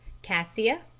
cassia,